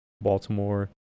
Baltimore